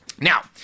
Now